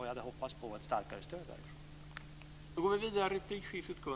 Jag hade hoppats på ett starkare stöd därifrån.